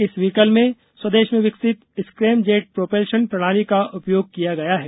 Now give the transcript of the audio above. इस वीकल में स्वदेश में विकसित स्क्रैमजेट प्रोपल्शन प्रणाली का उपयोग किया गया है